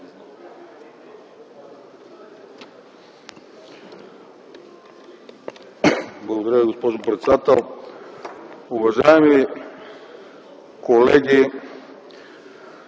Благодаря, госпожо председател. Уважаеми колеги,